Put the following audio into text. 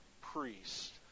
priest